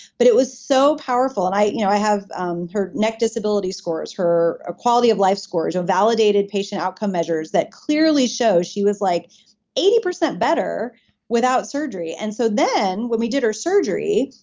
but it was so powerful, and i you know i have um her neck disability scores, her ah quality of life scores, validated patient outcome measures that clearly show she was like eighty percent better without surgery. and so then, when we did her surgery,